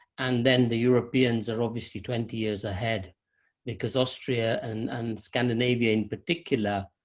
and then the europeans are obviously twenty years ahead because austria and and scandinavia, in particular,